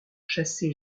chassé